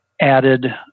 added